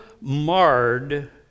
marred